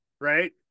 right